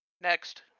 Next